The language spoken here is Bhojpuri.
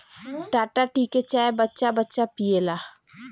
टाटा टी के चाय बच्चा बच्चा पियेला